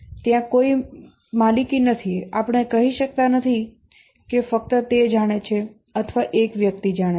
ત્યાં કોઈ માલિકી નથી આપણે કહી શકતા નથી કે ફક્ત તે જાણે છે અથવા એક વ્યક્તિ જાણે છે